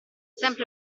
sempre